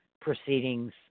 proceedings